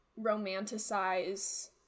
romanticize